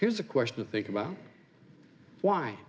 here's a question think about why